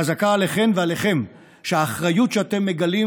חזקה עליכן ועליכם שהאחריות שאתם מגלים